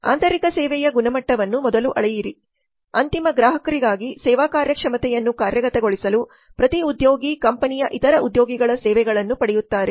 ಆಂತರಿಕ ಸೇವೆಯ ಗುಣಮಟ್ಟವನ್ನು ಮೊದಲು ಅಳೆಯಿರಿ ಅಂತಿಮ ಗ್ರಾಹಕರಿಗಾಗಿ ಸೇವಾ ಕಾರ್ಯಕ್ಷಮತೆಯನ್ನು ಕಾರ್ಯಗತಗೊಳಿಸಲು ಪ್ರತಿ ಉದ್ಯೋಗಿ ಕಂಪನಿಯ ಇತರ ಉದ್ಯೋಗಿಗಳ ಸೇವೆಗಳನ್ನು ಪಡೆಯುತ್ತಾರೆ